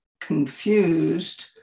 confused